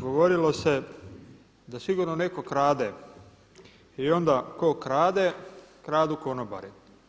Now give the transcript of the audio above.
govorilo se da sigurno netko krade i onda tko krade, kradu konobari.